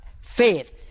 faith